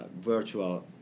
virtual